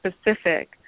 specific